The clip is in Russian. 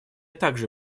также